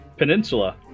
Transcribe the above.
Peninsula